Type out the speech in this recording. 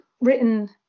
written